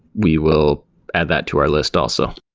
we will add that to our list also.